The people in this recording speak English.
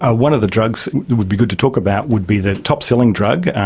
ah one of the drugs it would be good to talk about would be the top-selling drug,